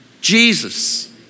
Jesus